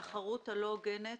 התחרות הלא הוגנת